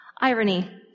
Irony